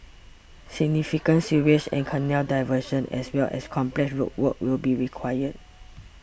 significant sewage and canal diversions as well as complex road work will be required